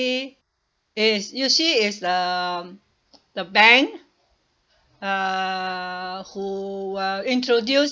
is you see is the the bank uh who uh introduced